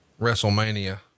WrestleMania